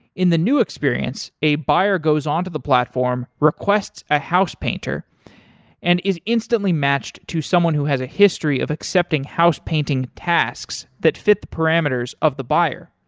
in the new experience, a buyer goes onto the platform, requests a house painter and is instantly matched to someone who has a history of accepting house painting tasks that fit the parameters of the buyer.